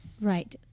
Right